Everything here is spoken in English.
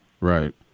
right